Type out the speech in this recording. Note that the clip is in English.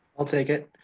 i'll take it.